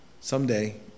someday